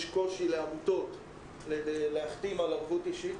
יש קושי לעמותות להחתים על ערבות אישית